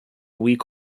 week